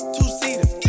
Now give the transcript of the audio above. Two-seater